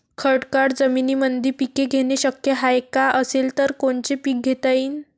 खडकाळ जमीनीमंदी पिके घेणे शक्य हाये का? असेल तर कोनचे पीक घेता येईन?